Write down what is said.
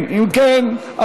אם כן,